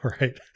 right